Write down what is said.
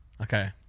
Okay